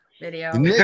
Video